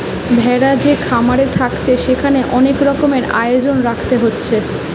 ভেড়া যে খামারে থাকছে সেখানে অনেক রকমের আয়োজন রাখতে হচ্ছে